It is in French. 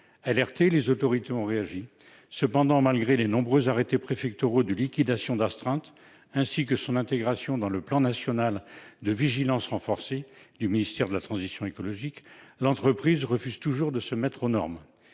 Alertées, les autorités ont réagi. Cependant, malgré les nombreux arrêtés préfectoraux de liquidation d'astreintes ainsi que son intégration dans le plan national de vigilance renforcée du ministère de la transition écologique, l'entreprise refuse toujours de se mettre aux normes.